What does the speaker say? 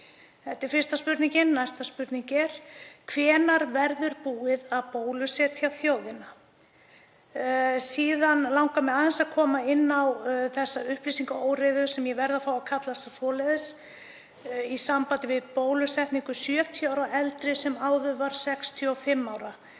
Þetta er fyrsta spurningin. Næsta spurning er: Hvenær verður búið að bólusetja þjóðina? Síðan langar mig aðeins að koma inn á þessa upplýsingaóreiðu, sem ég verð að fá að kalla svo, í sambandi við bólusetningu 70 ára og eldri sem áður var 65 ára.